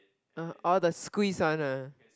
uh the squeeze one ah